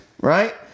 right